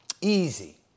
Easy